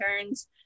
turns